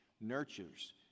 nurtures